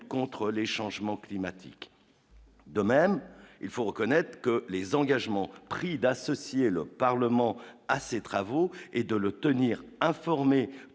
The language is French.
contre les changements climatiques. De même, il faut reconnaître que les engagements pris d'associer le Parlement à ses travaux et de le tenir informé